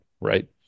Right